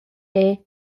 era